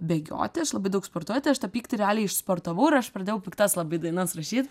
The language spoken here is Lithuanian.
bėgioti aš labai daug sportuoju tai aš tą pyktį realiai išsportavau ir aš pradėjau piktas labai dainas rašyt